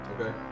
Okay